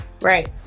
Right